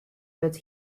wurdt